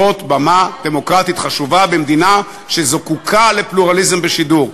זאת במה דמוקרטית חשובה במדינה שזקוקה לפלורליזם בשידור.